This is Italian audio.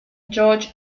george